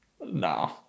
no